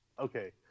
Okay